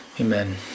Amen